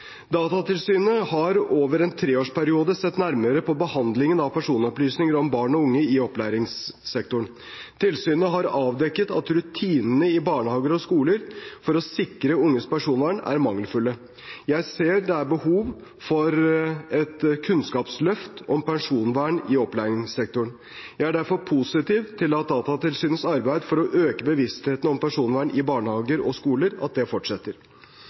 Datatilsynet har over en treårsperiode sett nærmere på behandlingen av personopplysninger om barn og unge i opplæringssektoren. Tilsynet har avdekket at rutinene i barnehager og skoler for å sikre unges personvern er mangelfulle. Jeg ser at det er behov for et kunnskapsløft om personvern i opplæringssektoren. Jeg er derfor positiv til at Datatilsynets arbeid for å øke bevisstheten om personvern i barnehager og skoler fortsetter. De siste årene har det